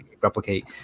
replicate